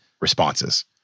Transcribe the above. responses